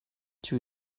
too